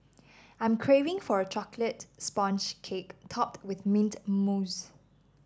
I'm craving for a chocolate sponge cake topped with mint mousse